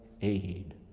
aid